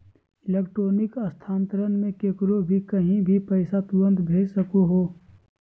electronic स्थानान्तरण मे केकरो भी कही भी पैसा तुरते भेज सको हो